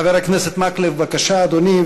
חבר הכנסת מקלב, בבקשה, אדוני.